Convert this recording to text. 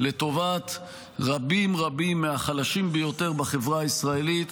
לטובת רבים רבים מהחלשים ביותר בחברה הישראלית.